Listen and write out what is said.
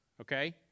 okay